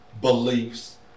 beliefs